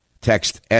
Text